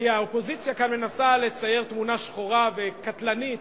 כי האופוזיציה כאן מנסה לצייר תמונה שחורה וקטלנית